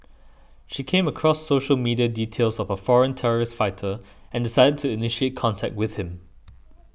she came across social media details of a foreign terrorist fighter and decided to initiate contact with him